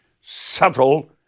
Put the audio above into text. subtle